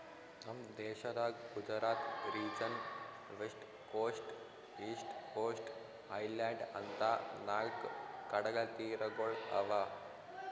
ನಮ್ ದೇಶದಾಗ್ Gujarat region, west coast, east coast, island ಅಂತಾ ನಾಲ್ಕ್ ಕಡಲತೀರಗೊಳ್ ಅವಾ